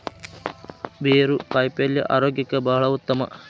ಬೇರು ಕಾಯಿಪಲ್ಯ ಆರೋಗ್ಯಕ್ಕೆ ಬಹಳ ಉತ್ತಮ